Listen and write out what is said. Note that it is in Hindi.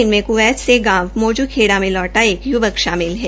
इन में क्वैत से गांव मौजू खेड़ा में लौटा एक यूवक शामिल है